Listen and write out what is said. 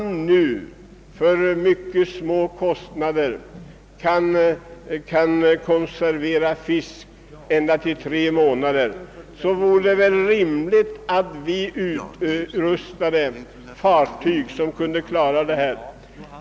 När man för mycket små kostnader kan konservera fisk upp till tre månader vore det väl rimligt att vi utrustade fartyg som kunde hjälpa u-länderna att klara detta.